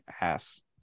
ass